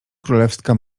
królewska